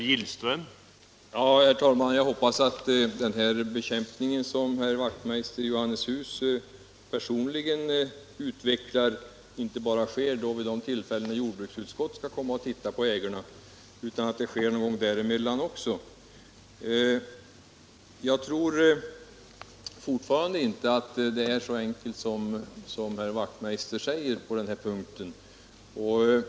Herr talman! Jag hoppas att den bekämpning som herr Wachtmeister i Johannishus personligen företar inte bara sker vid de tillfällen då jordbruksutskottet skall komma och titta på ägorna utan någon gång däremellan också. Jag tror fortfarande inte att det är så enkelt som herr Wachtmeister säger på denna punkt.